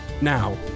Now